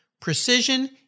precision